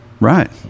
right